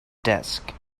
desk